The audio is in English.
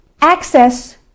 Access